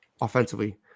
offensively